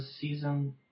season